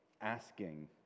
asking